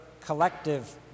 collective